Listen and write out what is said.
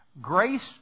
Grace